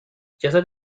جسد